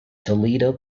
toledo